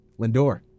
Lindor